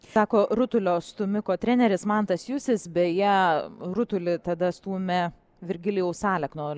sako rutulio stūmiko treneris mantas jusis beje rutulį tada stūmė virgilijaus aleknos